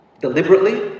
deliberately